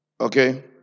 Okay